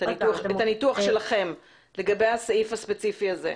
את הניתוח שלכם לגבי הסעיף הספציפי הזה.